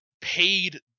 paid